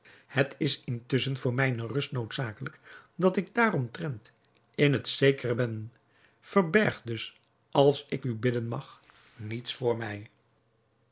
het is intusschen voor mijne rust noodzakelijk dat ik daaromtrent in het zekere ben verberg dus als ik u bidden mag niets voor mij